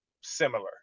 similar